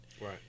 Right